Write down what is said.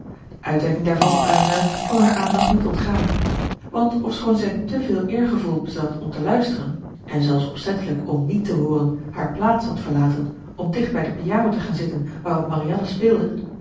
uitwerking daarvan op elinor kon haar aandacht niet ontgaan want ofschoon zij te veel eergevoel bezat om te luisteren en zelfs opzettelijk om niet te hooren haar plaats had verlaten om dicht bij de piano te gaan zitten waarop marianne speelde